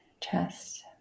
chest